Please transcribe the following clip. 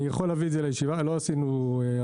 אני יכול להביא את זה לישיבה, לא עשינו השוואה.